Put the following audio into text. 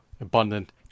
abundant